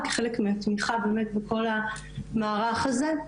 כחלק מהתמיכה באמת בכל המערך הזה.